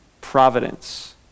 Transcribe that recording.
Providence